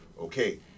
Okay